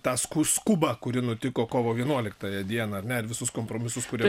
tą sku skubą kuri nutiko kovo vienuoliktąją dieną ar ne ir visus kompromisus kurie